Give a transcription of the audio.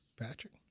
Patrick